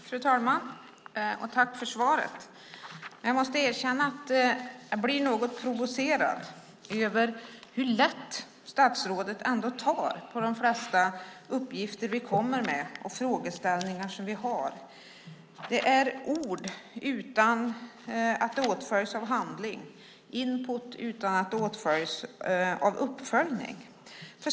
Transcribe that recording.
Fru talman! Jag ber att få tacka för svaret. Men jag måste erkänna att jag blir något provocerad av hur lätt statsrådet tar på de flesta uppgifter vi kommer med och de frågeställningar som vi har. Det är ord som inte åtföljs av handling, input utan uppföljning.